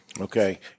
okay